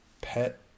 pet